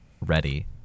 ready